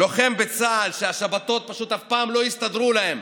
לוחם בצה"ל, השבתות פשוט אף פעם לא הסתדרו להם